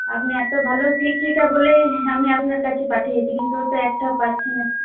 আপনি এতো ভালো শিক্ষিকা বলেই আমি আপনার কাছে পাঠিয়েছি কিন্তু ও তো একটাও পারছে না